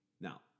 Now